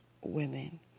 women